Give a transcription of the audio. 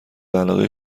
علاقه